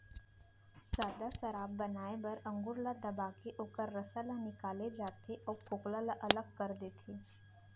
सादा सराब बनाए बर अंगुर ल दबाके ओखर रसा ल निकाल ले जाथे अउ फोकला ल अलग कर देथे